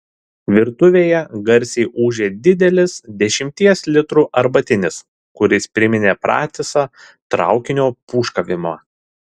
virtuvėje garsiai ūžė didelis dešimties litrų arbatinis kuris priminė pratisą traukinio pūškavimą